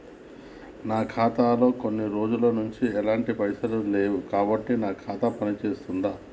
నా ఖాతా లో కొన్ని రోజుల నుంచి ఎలాంటి పైసలు లేవు కాబట్టి నా ఖాతా పని చేస్తుందా?